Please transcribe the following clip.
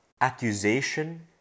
accusation